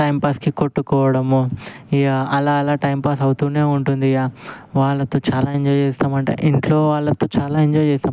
టైంపాస్కి కొట్టుకోవడము ఇక అలా అలా టైంపాస్ అవుతూనే ఉంటుందిక వాళ్ళతో చాలా ఎంజాయ్ చేస్తాం అంటే ఇంట్లో వాళ్ళతో చాలా ఎంజాయ్ చేస్తాం